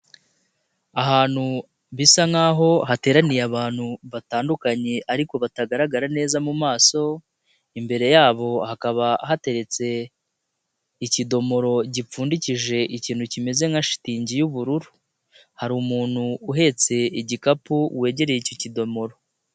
Ahantu bisa nkaho hateraniye abantu batandukanye ariko batagaragara neza mu maso, imbere yabo hakaba hateretse ikidomoro gipfundikije ikintu kimeze nka shitingi y'ubururu, hari umuntu uhetse igikapu wegereye iki kidomoro.